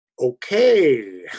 okay